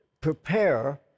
prepare